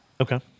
Okay